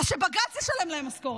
אז שבג"ץ ישלם להם משכורת.